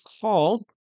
called